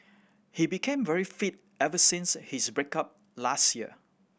he became very fit ever since his break up last year